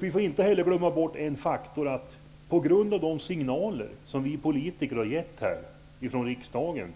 Vi får inte heller glömma bort att på grund av de signaler som vi politiker har gett från riksdagen